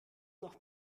noch